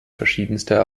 verschiedenster